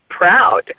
proud